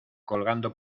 colgando